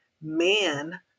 man